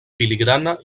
filigrana